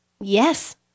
Yes